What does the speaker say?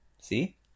See